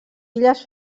illes